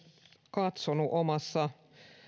katsonut omassa